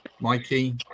Mikey